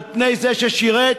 על-פני זה ששירת,